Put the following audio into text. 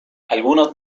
algunos